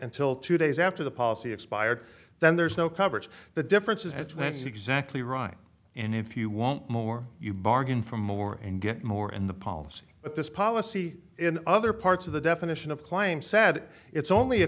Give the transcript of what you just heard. until two days after the policy expired then there's no coverage the differences between that's exactly right and if you want more you bargain for more and get more in the policy but this policy in other parts of the definition of claim said it's only a